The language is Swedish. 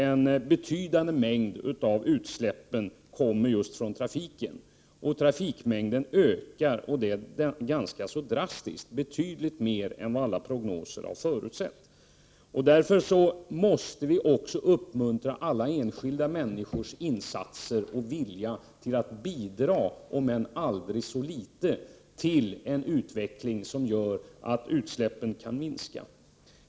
En betydande mängd av utsläppen kommer just från trafiken, och trafikmängden ökar. Den ökar ganska drastiskt och betydligt mer än vad som förutsetts i alla prognoser. Därför måste vi också uppmuntra alla enskilda människors insatser och vilja att bidra om än aldrig så litet till en utveckling som innebär att utsläppen kan minska.